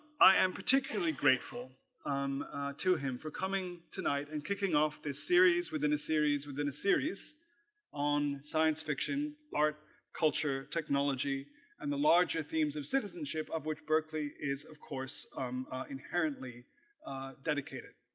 i am particularly grateful um to him for coming tonight and kicking off this series within a series within a series on science fiction art culture technology and the larger themes of citizenship of which berkeley is, of course um inherently dedicated